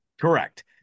Correct